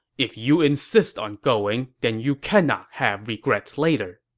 if you insist on going, then you cannot have regrets later.